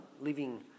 living